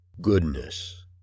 goodness